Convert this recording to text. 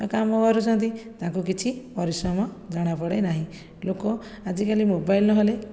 କାମ କରୁଛନ୍ତି ତାଙ୍କୁ କିଛି ପରିଶ୍ରମ ଜଣାପଡ଼େ ନାହିଁ ଲୋକ ଆଜିକାଲି ମୋବାଇଲ୍ ନହେଲେ